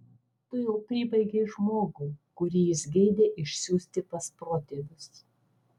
tu jau pribaigei žmogų kurį jis geidė išsiųsti pas protėvius